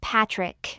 Patrick